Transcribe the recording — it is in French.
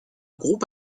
groupe